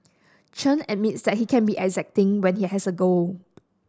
Chen admits that he can be exacting when he has a goal